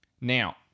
Now